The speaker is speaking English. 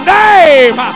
name